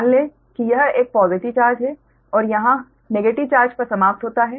मान लें कि यह एक पॉज़िटिव चार्ज है और यहाँ नेगेटिव चार्ज पर समाप्त होता है